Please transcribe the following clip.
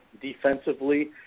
defensively